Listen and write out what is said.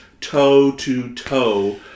toe-to-toe